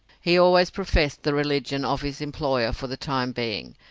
he always professed the religion of his employer for the time being,